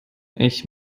ich